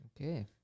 Okay